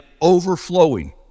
overflowing